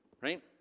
right